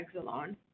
Exelon